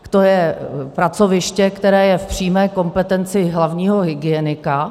To je pracoviště, které je v přímé kompetenci hlavního hygienika.